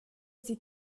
sie